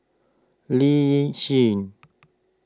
Lee Yi Shyan